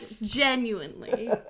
genuinely